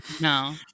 no